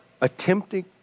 attempting